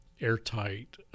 airtight